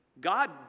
God